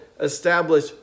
establish